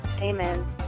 Amen